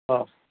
हा